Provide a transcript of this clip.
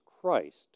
Christ